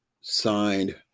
signed